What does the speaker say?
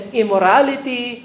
immorality